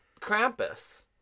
Krampus